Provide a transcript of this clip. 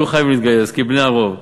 יהיו חייבים להתגייס כבני הרוב.